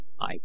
I